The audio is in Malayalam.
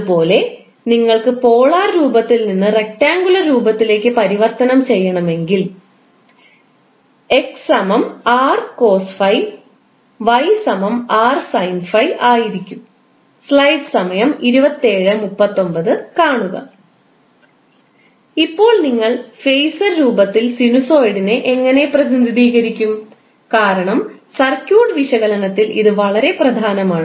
അതുപോലെ നിങ്ങൾക്ക് പോളാർ രൂപത്തിൽ നിന്ന് റക്റ്റാങ്കുലർ രൂപത്തിലേക്ക് പരിവർത്തനം ചെയ്യണമെങ്കിൽ ആയിരിക്കും ഇപ്പോൾ നിങ്ങൾ ഫേസർ രൂപത്തിൽ സിനുസോയിഡിനെ എങ്ങനെ പ്രതിനിധീകരിക്കും കാരണം സർക്യൂട്ട് വിശകലനത്തിൽ ഇത് വളരെ പ്രധാനമാണ്